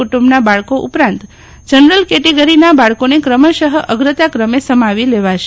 કુટુંબના બાળકો ઉપરાંત જનરલ કેટેગરીના બાળકોને ક્રમશ અગ્રતાક્રમે સમાવી લેવાશે